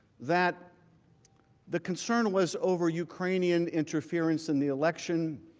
that the concern was over ukrainian interference in the election,